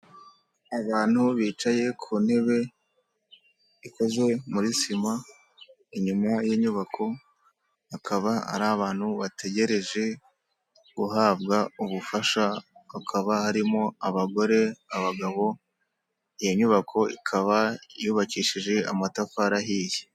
Abantu bicaye ku ntebe ikozwe muri sima, inyuma y'inyubako, bakaba ari abantu bategereje guhabwa ubufasha, hakaba harimo abagore, abagabo, iyo nyubako ikaba yubakishije amatafari ahiye.